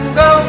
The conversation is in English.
go